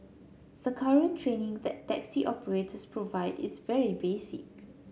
the current training that taxi operators provide is very basic